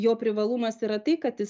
jo privalumas yra tai kad jis